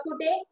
today